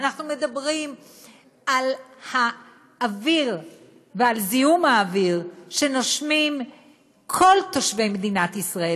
אנחנו מדברים על האוויר ועל זיהום האוויר שנושמים כל תושבי מדינת ישראל,